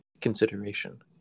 consideration